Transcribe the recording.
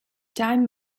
time